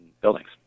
buildings